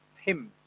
hymns